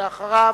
אחריו,